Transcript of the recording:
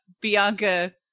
Bianca